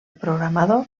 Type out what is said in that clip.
programador